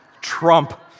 Trump